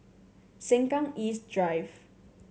Sengkang East Drive